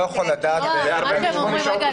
לא לצורך הארכת המועד.